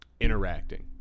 interacting